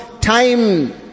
time